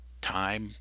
time